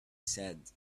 said